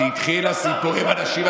כשהתחיל הסיפור עם הנשים,